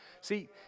See